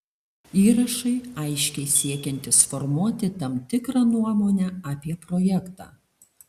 įrašai aiškiai siekiantys formuoti tam tikrą nuomonę apie projektą